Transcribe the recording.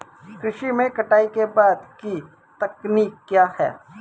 कृषि में कटाई के बाद की तकनीक क्या है?